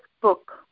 book